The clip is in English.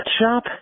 Shop